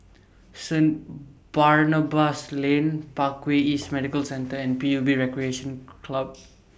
Saint Barnabas Lane Parkway East Medical Centre and P U B Recreation Club